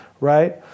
right